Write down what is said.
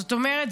זאת אומרת,